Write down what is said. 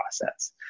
process